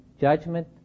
judgment